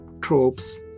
tropes